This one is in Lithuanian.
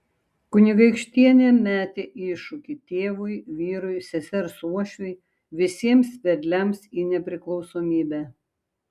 kunigaikštienė metė iššūkį tėvui vyrui sesers uošviui visiems vedliams į nepriklausomybę